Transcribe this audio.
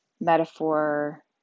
metaphor